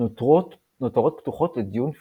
נותרות פתוחות לדיון פילוסופי.